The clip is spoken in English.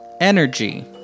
energy